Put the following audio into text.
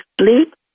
sleep